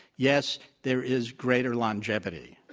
yes, there is greater longevity.